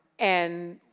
and,